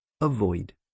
Avoid